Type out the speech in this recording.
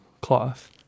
cloth